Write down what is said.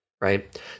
Right